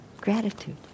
gratitude